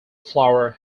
flower